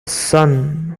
sun